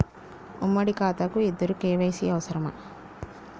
ఉమ్మడి ఖాతా కు ఇద్దరు కే.వై.సీ అవసరమా?